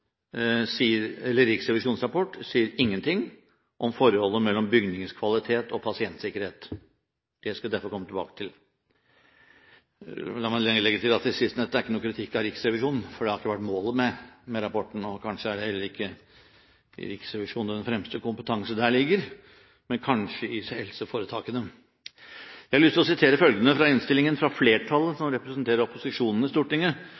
sier ingenting om forholdet mellom bygningskvalitet og pasientsikkerhet. Det skal jeg derfor komme tilbake til. La meg legge til at det sistnevnte er ikke noen kritikk av Riksrevisjonen, for dette har ikke vært målet med rapporten, og kanskje er det heller ikke i Riksrevisjonen den fremste kompetanse der ligger, men muligens i helseforetakene. Jeg har lyst til å sitere fra innstillingen fra flertallet, som representerer opposisjonen i Stortinget.